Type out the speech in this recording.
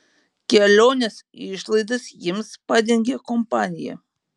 kelionės išlaidas jiems padengė kompanija